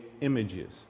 images